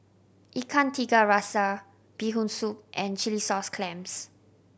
Ikan Tiga Rasa Bee Hoon Soup and chilli sauce clams